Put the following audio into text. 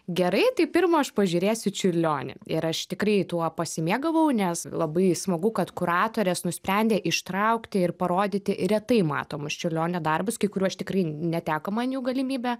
gerai tai pirma aš pažiūrėsiu čiurlionį ir aš tikrai tuo pasimėgavau nes labai smagu kad kuratorės nusprendė ištraukti ir parodyti retai matomus čiurlionio darbus kai kurių aš tikrai neteko man jų galimybė